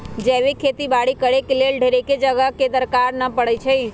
जैविक खेती बाड़ी करेके लेल ढेरेक जगह के दरकार न पड़इ छइ